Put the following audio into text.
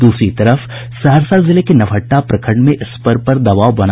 द्रसरी तरफ सहरसा जिले के नवहट्टा प्रखंड में स्पर पर दबाव बना हुआ है